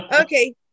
Okay